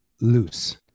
loose